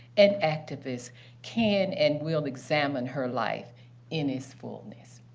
and activists can and will examine her life in its fullness.